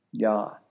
God